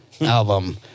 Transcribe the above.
Album